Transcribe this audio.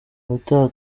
ubutaha